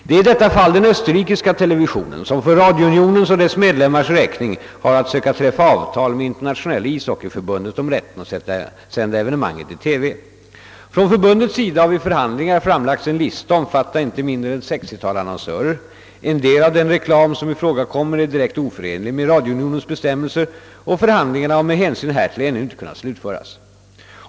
Det är i detta fall den österrikiska televisionen, som för radiounionens och dess medlemmars räkning har att söka träffa avtal med Internationella ishockeyförbundet om rätten att sända evenemanget i TV. Från förbundets sida har vid förhandlingar framlagts en lista omfattande inte mindre än ett sextiotal annonsörer. En del av den reklam som ifrågakommer är direkt oförenlig med radiounionens bestämmelser, och förhandlingarna har med hänsyn härtill ännu inte kunnat slutföras.